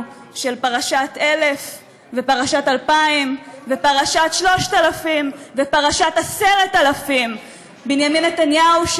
של פרשת 1000 ופרשת 2000 ופרשת 3000 ופרשת 10,000. בנימין נתניהו,